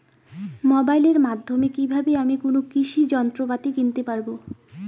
মোবাইলের মাধ্যমে কীভাবে আমি কোনো কৃষি যন্ত্রপাতি কিনতে পারবো?